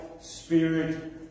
spirit